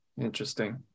Interesting